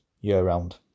year-round